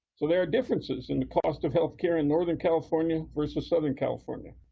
so there are differences in the cost of healthcare in northern california versus southern california,